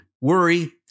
worry